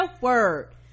Word